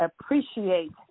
appreciate